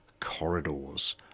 corridors